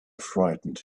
frightened